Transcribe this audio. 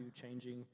changing